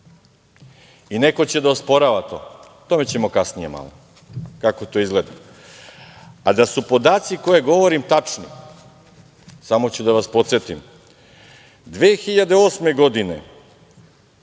Neko će da osporava to. O tome ćemo kasnije malo. Kako to izgleda. Da su podaci koje govorim tačni, samo ću da vas podsetim, 2008. godine